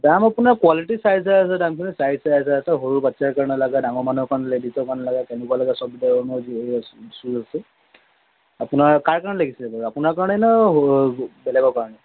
দাম আপোনাৰ কোৱালিটি চাই চাই আছে দামখিনি চাইজ চাই চাই আছে সৰু বাচ্ছাৰ কাৰণে লাগে ডাঙৰ মানুহৰ কাৰণে লেডিজৰ কাৰণে লাগে কেনেকুৱা লাগে সব ধৰণৰ জো শ্বুছ আছে আপোনাৰ কাৰ কাৰণে লাগিছিলে বাৰু আপোনাৰ কাৰণে নে স বেলেগৰ কাৰণে